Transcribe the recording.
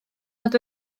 nad